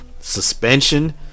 suspension